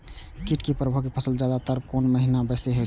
कीट के प्रभाव फसल पर ज्यादा तर कोन महीना बेसी होई छै?